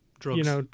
Drugs